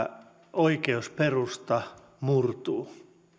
oikeusperusta murtuu